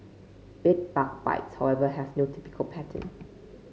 bed bug bites however have no typical pattern